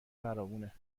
فراوونه